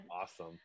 awesome